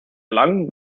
lang